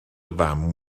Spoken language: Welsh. fam